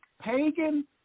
pagan